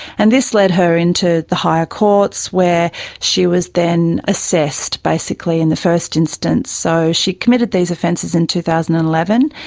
and this led her into the higher courts where she was then assessed basically in the first instance. so she committed these offences in two thousand and eleven,